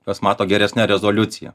kas mato geresne rezoliucija